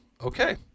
okay